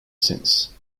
since